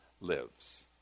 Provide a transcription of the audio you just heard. lives